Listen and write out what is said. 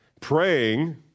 Praying